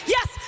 Yes